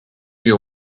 you